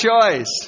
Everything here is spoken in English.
choice